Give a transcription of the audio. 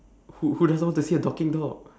who who doesn't want to see a talking dog